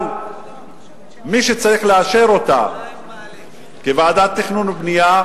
אבל מי שצריך לאשר אותה כוועדת תכנון ובנייה,